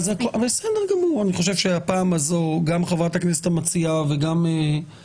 אני חושבת בפעם הזאת גם חברת הכנסת המציעה וגם